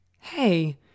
hey